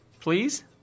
please